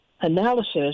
analysis